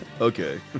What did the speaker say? Okay